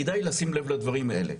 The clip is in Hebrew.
כדאי לשים לב לדברים האלה.